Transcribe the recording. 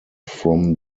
from